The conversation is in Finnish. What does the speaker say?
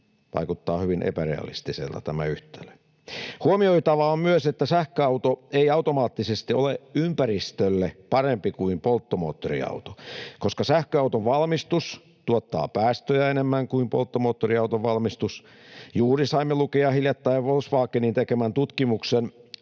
Vaikuttaa hyvin epärealistiselta tämä yhtälö. Huomioitavaa on myös, että sähköauto ei automaattisesti ole ympäristölle parempi kuin polttomoottoriauto, koska sähköauton valmistus tuottaa päästöjä enemmän kuin polttomoottoriauton valmistus. Juuri hiljattain saimme lukea Volkswagenin tekemän tutkimuksen,